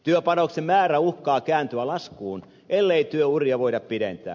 työpanoksen määrä uhkaa kääntyä laskuun ellei työuria voida pidentää